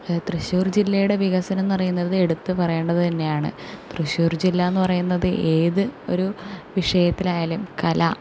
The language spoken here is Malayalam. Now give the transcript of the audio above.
തൃശ്ശൂർ ജില്ലയുടെ വികസനമെന്നു പറയുന്നത് എടുത്തു പറയേണ്ടതു തന്നെയാണ് തൃശ്ശൂർ ജില്ലയെന്നു പറയുന്നത് ഏത് ഒരു വിഷയത്തിലായാലും കല